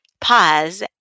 pause